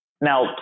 Now